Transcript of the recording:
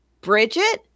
Bridget